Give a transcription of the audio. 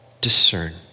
discern